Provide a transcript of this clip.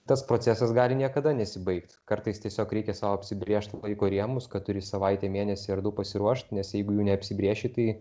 tas procesas gali niekada nesibaigt kartais tiesiog reikia sau apsibrėžt laiko rėmus kad turi savaitę mėnesį ar du pasiruošt nes jeigu jų neapsibrėžti